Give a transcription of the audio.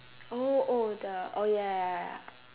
oh oh the oh ya ya ya ya